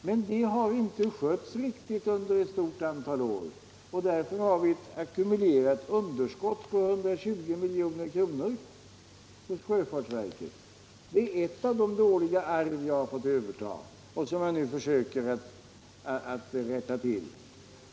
Men ärendet har inte skötts riktigt under ett stort antal — gifterna år och därför har vi ett ackumulerat underskott på 120 milj.kr. hos sjöfartsverket. Detta är ett av de dåliga arv som vi fått överta, något som jag nu försöker rätta till.